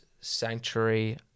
Sanctuary